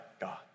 God